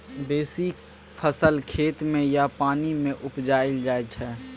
बेसी फसल खेत मे या पानि मे उपजाएल जाइ छै